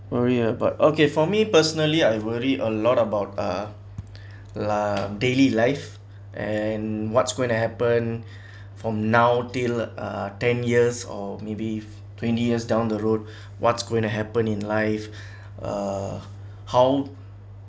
worry about okay for me personally I worry a lot about uh la~ daily life and what's going to happen from now till uh ten years or maybe twenty years down the road what's going to happen in life uh how